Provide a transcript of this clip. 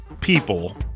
people